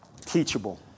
teachable